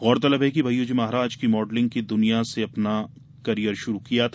गौरतलब है कि भय्यू महाराज ने मॉडलिंग की दुनिया से अपना कॅरियर शुरू किया था